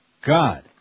God